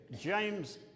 James